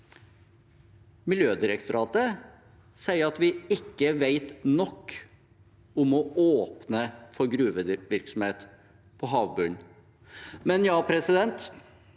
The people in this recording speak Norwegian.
Miljødirektoratet sier at vi ikke vet nok om å åpne for gruvevirksomhet på havbunnen. Men jeg tror nok